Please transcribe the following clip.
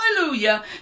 hallelujah